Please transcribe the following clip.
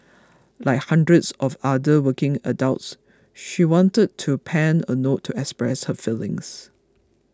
like hundreds of other working adults she wanted to pen a note to express her feelings